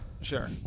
Sure